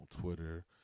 twitter